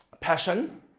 passion